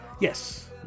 Yes